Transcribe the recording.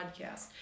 podcast